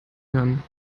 kann